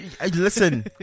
Listen